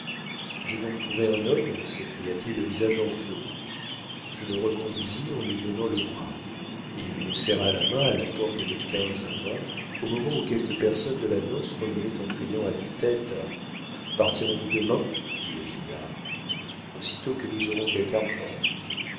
j'ai donc trouvé un homme s'écria-t-il le visage en feu je le reconduisis en lui donnant le bras il me serra la main à la porte des quinze-vingts au moment où quelques personnes de la noce revenaient en criant à tue-tête partirons nous demain dit le vieillard aussitôt que nous aurons quelque argent